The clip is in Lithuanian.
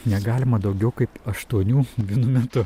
negalima daugiau kaip aštuonių vienu metu